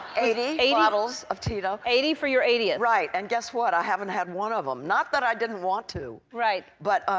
eighty eighty bottles of tito's. eighty for your eightieth. right, and guess what? i haven't had one of them. not that i didn't want to, but